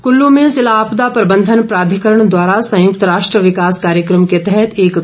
कार्यशाला कल्लू में जिला आपदा प्रबंधन प्राधिकरण द्वारा संयुक्त राष्ट्र विकास कार्यक्रम के तहत एक हुंचत है